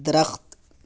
درخت